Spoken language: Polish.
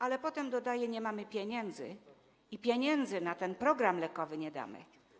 Ale potem dodaje: Nie mamy pieniędzy i pieniędzy na ten program lekowy nie damy.